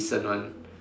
recent one